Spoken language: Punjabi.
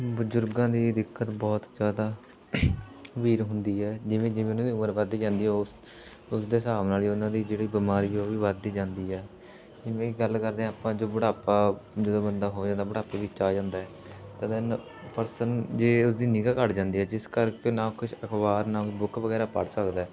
ਬਜ਼ੁਰਗਾਂ ਦੀ ਦਿੱਕਤ ਬਹੁਤ ਜ਼ਿਆਦਾ ਗੰਭੀਰ ਹੁੰਦੀ ਹੈ ਜਿਵੇਂ ਜਿਵੇਂ ਉਹਨਾਂ ਦੀ ਉਮਰ ਵੱਧਦੀ ਜਾਂਦੀ ਹੈ ਉਸ ਉਸਦੇ ਹਿਸਾਬ ਨਾਲ ਹੀ ਉਹਨਾਂ ਦੀ ਜਿਹੜੀ ਬਿਮਾਰੀ ਉਹ ਵੀ ਵੱਧਦੀ ਜਾਂਦੀ ਆ ਜਿਵੇਂ ਗੱਲ ਕਰਦੇ ਹਾਂ ਆਪਾਂ ਜੋ ਬੁਢਾਪਾ ਜਦੋਂ ਬੰਦਾ ਹੋ ਜਾਂਦਾ ਬੁਢਾਪੇ ਵਿੱਚ ਆ ਜਾਂਦਾ ਹੈ ਤਾਂ ਦੈਨ ਪਰਸਨ ਜੇ ਉਹਦੀ ਨਿਗ੍ਹਾ ਘੱਟ ਜਾਂਦੀ ਹੈ ਜਿਸ ਕਰਕੇ ਨਾਂ ਕੁਛ ਅਖਬਾਰ ਨਾਂ ਕੋਈ ਬੁੱਕ ਵਗੈਰਾ ਪੜ੍ਹ ਸਕਦਾ ਹੈ